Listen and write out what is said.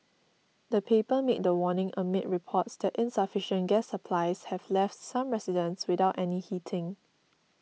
the paper made the warning amid reports that insufficient gas supplies have left some residents without any heating